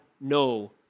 no